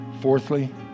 Fourthly